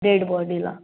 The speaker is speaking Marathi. डेड बॉडीला